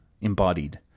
embodied